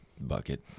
bucket